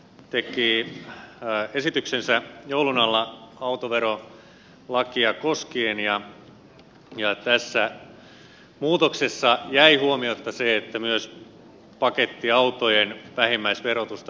valtiovarainministeriö teki esityksensä joulun alla autoverolakia koskien ja tässä muutoksessa jäi huomiotta se että myös pakettiautojen vähimmäisverotusta pitäisi laskea